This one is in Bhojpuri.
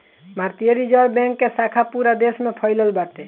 भारतीय रिजर्व बैंक के शाखा पूरा देस में फइलल बाटे